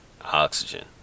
oxygen